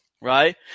right